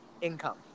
income